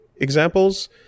examples